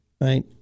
Right